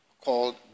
called